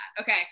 okay